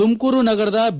ತುಮಕೂರು ನಗರ ಬಿ